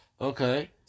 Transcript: Okay